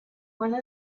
one